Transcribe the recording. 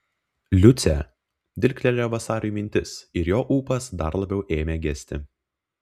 liucė dilgtelėjo vasariui mintis ir jo ūpas dar labiau ėmė gesti